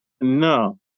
No